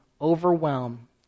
overwhelm